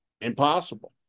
impossible